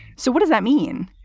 so what does that mean?